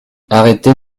arrêtez